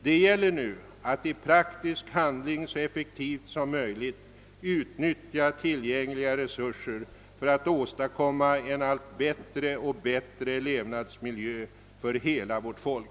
Det gäller nu att i praktisk handling så effektivt som möjligt utnyttja tillgängliga resurser för att åstadkomma en allt bättre levnadsmiljö för hela vårt folk.